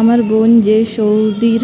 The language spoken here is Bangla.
আমার বোন যে সৌদির